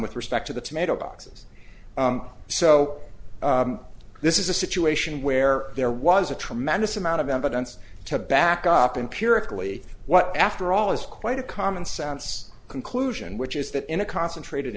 with respect to the tomato boxes so this is a situation where there was a tremendous amount of evidence to back up in pyrrhic really what after all is quite a commonsense conclusion which is that in a concentrated